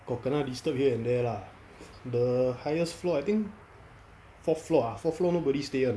got kena disturbed here and there ah the highest floor I think fourth floor ah fourth floor nobody stay [one]